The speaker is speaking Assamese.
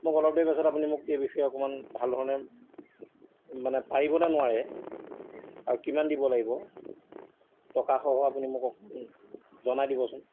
মোক অলপ দেৰি পাছত আপুনি মোক এই বিষয়ে অকণমান ভালধৰণে মানে পাৰিব নে নোৱাৰে আৰু কিমান দিব লাগিব টকাসহ আপুনি মোক অকণমান জনাই দিবচোন